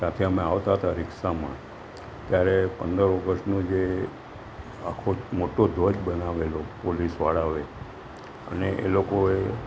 ત્યાંથી અમે આવતા હતા રીક્ષામાં ત્યારે પંદર ઓગસ્ટનું જે આખો મોટો ધ્વજ બનાવેલો પોલીસવાળાઓ અને એ લોકોએ